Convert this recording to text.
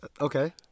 okay